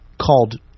called